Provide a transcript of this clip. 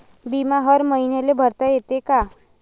बिमा हर मईन्याले भरता येते का?